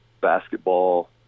basketball